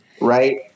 Right